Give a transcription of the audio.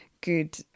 good